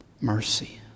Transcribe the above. mercy